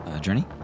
Journey